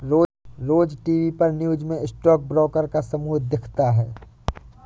रोज TV पर news में stock broker का समूह दिखता है